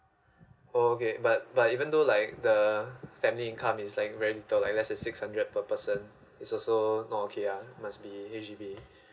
oh okay but but even though like the family income is like very little like there's a six hundred per person is also not okay ah must be H_D_B